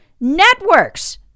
networks